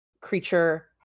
creature